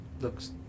Looks